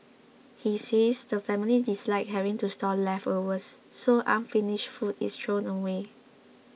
he says the family dislike having to store leftovers so unfinished food is thrown away